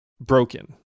broken